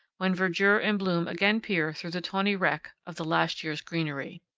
when verdure and bloom again peer through the tawny wreck of the last year's greenery.